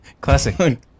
Classic